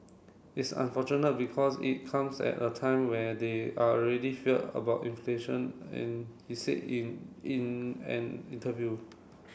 it's unfortunate because it comes at a time where they are already fear about inflation and he said in in an interview